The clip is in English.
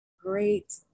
great